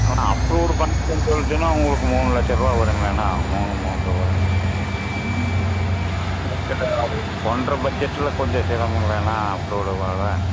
அண்ணா approved பண்ணித்தர சொல்லிவிட்டிங்கன்னா உங்களுக்கு மூணு லட்சருபா வருங்களேண்ணா மூணு மூன்றரை வருங்க சரி அப்போது ஒன்றரை பட்ஜெட்டில் கொஞ்சம் செய்யலாங்களேண்ணா அப்ரூவுடு வாங்க